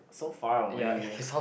so far away